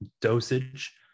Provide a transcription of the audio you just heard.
dosage